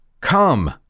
Come